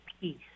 peace